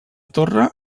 torre